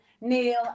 Neil